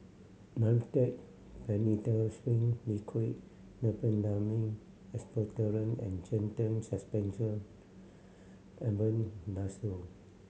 Dimetapp Phenylephrine Liquid Diphenhydramine Expectorant and Zental Suspension Albendazole